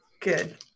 Good